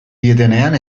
dietenean